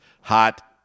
hot